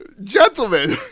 Gentlemen